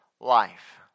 life